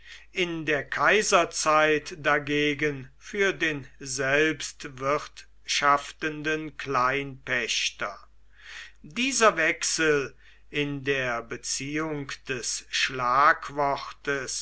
in der kaiserzeit dagegen für den selbst wirtschaftenden kleinpächter dieser wechsel in der beziehung des